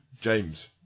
James